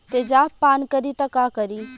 तेजाब पान करी त का करी?